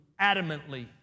adamantly